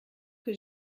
que